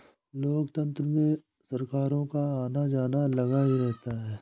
लोकतंत्र में सरकारों का आना जाना लगा ही रहता है